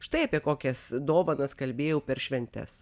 štai apie kokias dovanas kalbėjau per šventes